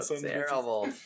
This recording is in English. Terrible